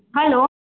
hello